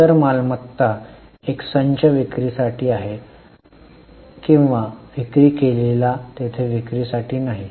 इतर मालमत्ता एक संच विक्री साठी आहे किंवा विक्री केलेला तेथे विक्री साठी नाही